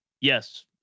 Yes